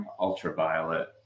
ultraviolet